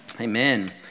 Amen